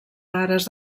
rares